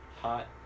hot